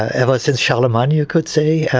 ever since charlemagne you could say. yeah